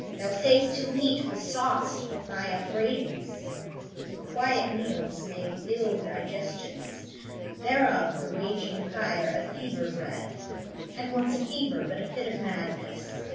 thou say'st his meat was sauc'd with thy upbraidings unquiet meals make ill digestions thereof the raging fire of fever bred and what's a fever but a fit of madness?